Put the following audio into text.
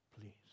please